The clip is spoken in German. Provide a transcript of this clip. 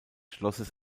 schlosses